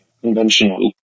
conventional